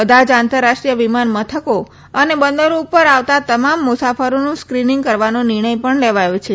બધા જ આંતરરાષ્ટ્રીય વિમાન મથકો અને બંદરો ઉપર આવતા તમામ મુસાફરોનું સ્ક્રિનીંગ કરવાનો નિર્ણથ પણ લેવાયો છે